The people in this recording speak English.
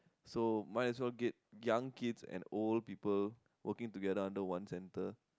so might as well get young kids and old people working together under one centre